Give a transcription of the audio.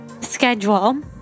schedule